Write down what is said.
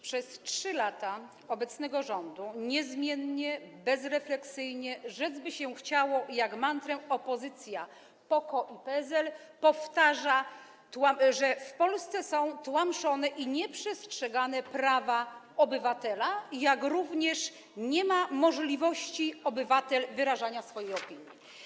Przez 3 lata obecnego rządu niezmiennie, bezrefleksyjnie, rzec by się chciało, jak mantrę opozycja PO-KO i PSL powtarza, że w Polsce są tłamszone i nieprzestrzegane prawa obywatela, jak również obywatel nie ma możliwości wyrażania swojej opinii.